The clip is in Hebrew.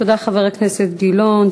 תודה, חבר הכנסת גילאון.